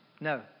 No